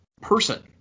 person